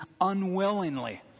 unwillingly